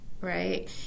Right